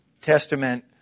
Testament